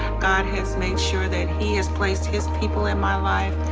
god has made sure that he has placed his people in my life,